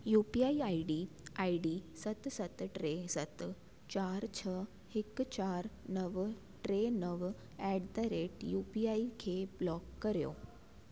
U P I I D सत सत टे सत चारि छह हिकु चारि नव टे नव एट द रेत यू पी आई खे ब्लॉक करियो